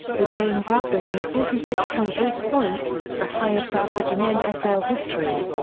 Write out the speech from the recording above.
with games averaging forty six point eight points, the highest average in nfl history.